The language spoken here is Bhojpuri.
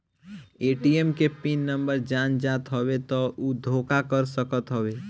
ए.टी.एम के पिन नंबर जान जात हवे तब उ धोखा कर सकत हवे